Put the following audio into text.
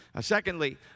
Secondly